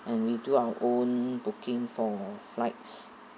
and we do our own booking for flight